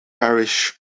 parish